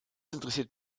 interessiert